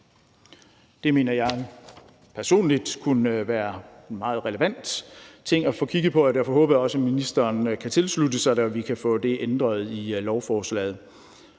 Det mener jeg personligt kunne være en meget relevant ting at få kigget på, og derfor håber jeg også, at ministeren kan tilslutte sig det, så vi kan få det ændret i lovforslaget.